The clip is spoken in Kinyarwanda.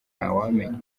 ntawamenya